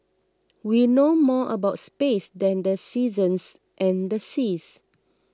we know more about space than the seasons and the seas